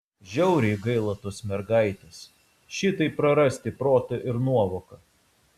žiauriai gaila tos mergaitės šitaip prarasti protą ir nuovoką